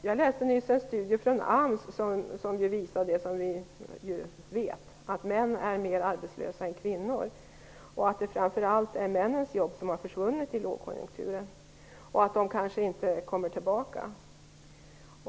Jag läste nyligen en studie från AMS som visar det som vi redan vet, nämligen att män är mer arbetslösa än kvinnor och att det framför allt är männens jobb som har försvunnit i lågkonjunkturen och kanske inte kommer tillbaka.